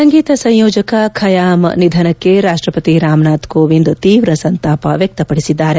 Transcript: ಸಂಗೀತ ಸಂಯೋಜಕ ಖಯಾಂ ನಿಧನಕ್ಕೆ ರಾಷ್ಲಪತಿ ರಾಮನಾಥ್ ಕೋವಿಂದ್ ತೀವ್ರ ಸಂತಾಪ ವ್ಯಕ್ತಪಡಿಸಿದ್ದಾರೆ